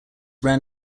ran